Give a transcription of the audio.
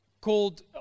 called